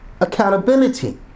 accountability